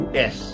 yes